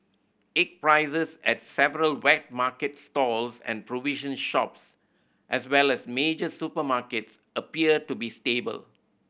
egg prices at several wet market stalls and provision shops as well as major supermarkets appear to be stable